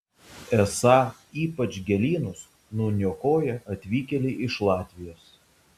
esą ypač gėlynus nuniokoja atvykėliai iš latvijos